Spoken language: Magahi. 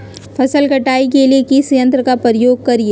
फसल कटाई के लिए किस यंत्र का प्रयोग करिये?